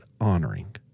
honoring